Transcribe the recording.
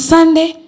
Sunday